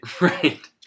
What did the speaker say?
Right